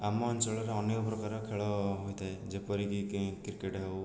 ଆମ ଅଞ୍ଚଳରେ ଅନେକ ପ୍ରାକାରର ଖେଳ ହୋଇଥାଏ ଯେପରିକି କି କ୍ରିକେଟ୍ ହେଉ